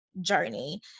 journey